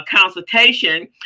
consultation